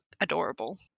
adorable